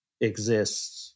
exists